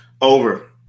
over